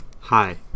Hi